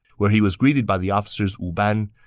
where he was greeted by the officers wu ban,